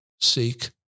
seek